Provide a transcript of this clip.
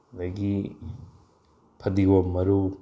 ꯑꯗꯒꯤ ꯐꯗꯤꯒꯣꯝ ꯃꯔꯨ